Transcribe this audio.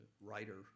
writer